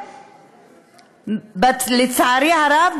לצערי הרב,